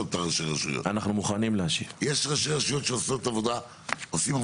את ראשי הרשויות יש רשויות שעושים עבודה מצוינת,